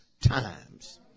times